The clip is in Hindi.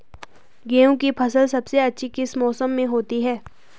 गेहूँ की फसल सबसे अच्छी किस मौसम में होती है